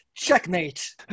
Checkmate